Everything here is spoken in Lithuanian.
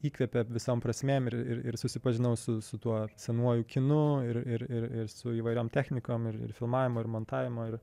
įkvėpė visom prasmėm ir ir susipažinau su su tuo senuoju kinu ir ir ir ir su įvairiom technikom ir filmavimo ir montavimo ir